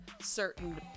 certain